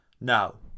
Now